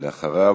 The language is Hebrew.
אדוני,